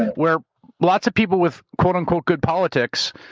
where lots of people with quote unquote good politics,